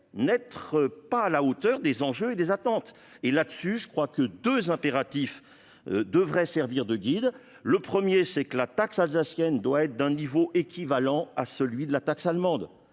n'être pas à la hauteur des enjeux et des attentes. En l'occurrence, deux impératifs devraient servir de guides. Premièrement, la taxe alsacienne doit être d'un niveau équivalent à celui de la taxe allemande.